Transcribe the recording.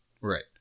right